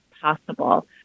possible